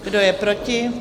Kdo je proti?